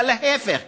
אלא להפך,